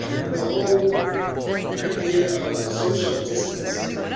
in the whole idea of social distancing,